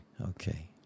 Okay